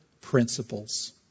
principles